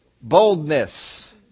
boldness